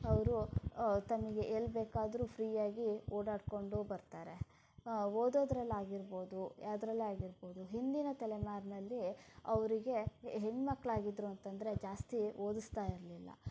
ಅವರು ತಮಗೆ ಎಲ್ಲಿ ಬೇಕಾದರೂ ಫ್ರೀಯಾಗಿ ಓಡಾಡಿಕೊಂಡು ಬರ್ತಾರೆ ಓದೋದ್ರಲ್ಲಾಗಿರ್ಬೋದು ಯಾವುದರಲ್ಲೇ ಆಗಿರ್ಬೋದು ಹಿಂದಿನ ತಲೆಮಾರಿನಲ್ಲಿ ಅವರಿಗೆ ಹೆ ಹೆಣ್ಣು ಮಕ್ಕಳಾಗಿದ್ದರು ಅಂತಂದರೆ ಜಾಸ್ತಿ ಓದಿಸ್ತಾ ಇರಲಿಲ್ಲ